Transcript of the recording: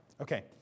Okay